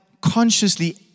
consciously